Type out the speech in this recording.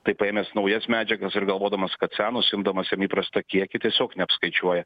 tai paėmęs naujas medžiagas ir galvodamas kad senos imdamas ir įprastą kiekį tiesiog neapskaičiuoja